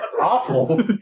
awful